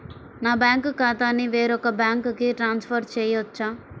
నా బ్యాంక్ ఖాతాని వేరొక బ్యాంక్కి ట్రాన్స్ఫర్ చేయొచ్చా?